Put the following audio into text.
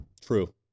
True